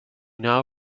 now